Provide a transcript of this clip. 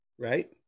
Right